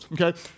okay